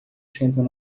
sentam